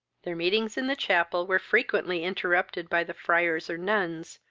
their meetings in the chapel were frequently interrupted by the friars or nuns,